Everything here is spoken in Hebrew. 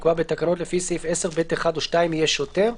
שנקבע בתקנות לפי סעיף 10(ב)(1) או (2) יהיה שוטר,